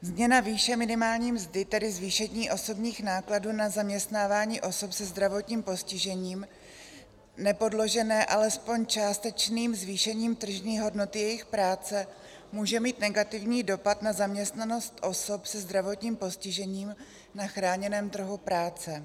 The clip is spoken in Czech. Změna výše minimální mzdy, tedy zvýšení osobních nákladů na zaměstnávání osob se zdravotním postižením nepodložené alespoň částečným zvýšením tržní hodnoty jejich práce, může mít negativní dopad na zaměstnanost osob se zdravotním postižením na chráněném trhu práce.